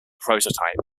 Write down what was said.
prototype